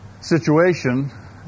situation